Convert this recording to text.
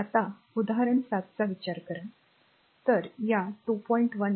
आता या उदाहरण 7 चा विचार करा तर या 2